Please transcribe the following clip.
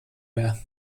mehr